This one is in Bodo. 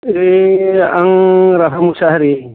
एह आं राखां मुसाहारि